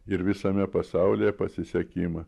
ir visame pasaulyje pasisekimą